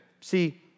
see